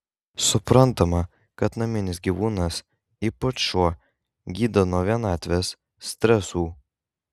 suprantama kad naminis gyvūnas ypač šuo gydo nuo vienatvės stresų